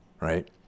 right